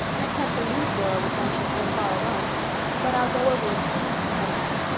i can't believe dora would venture so far alone but i'll go over and see, said anne.